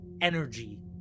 energy